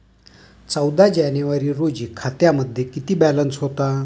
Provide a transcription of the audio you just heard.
चौदा जानेवारी रोजी खात्यामध्ये किती बॅलन्स होता?